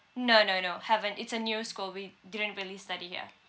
no no no haven't it's a new school we didn't really study here